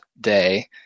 day